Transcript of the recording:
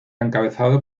encabezado